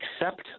accept